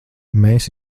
mēs